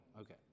Okay